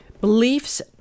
Beliefs